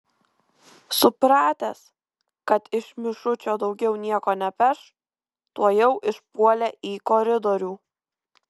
supratęs kad iš mišučio daugiau nieko nepeš tuojau išpuolė į koridorių